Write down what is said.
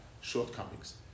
shortcomings